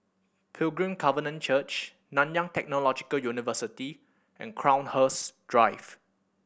Pilgrim Covenant Church Nanyang Technological University and Crowhurst Drive